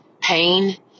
pain